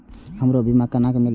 हमरो बीमा केना मिलते?